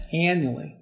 annually